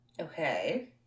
Okay